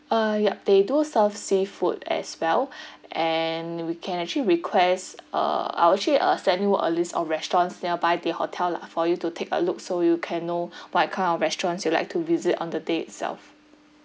uh yup they do serve seafood as well and we can actually request uh I will actually uh send you a list of restaurants nearby the hotel lah for you to take a look so you can know what kind of restaurants you would like to visit on the day itself